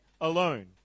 alone